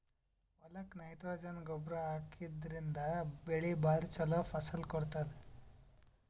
ಹೊಲಕ್ಕ್ ನೈಟ್ರೊಜನ್ ಗೊಬ್ಬರ್ ಹಾಕಿದ್ರಿನ್ದ ಬೆಳಿ ಭಾಳ್ ಛಲೋ ಫಸಲ್ ಕೊಡ್ತದ್